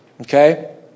Okay